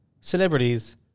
celebrities